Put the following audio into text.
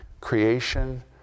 creation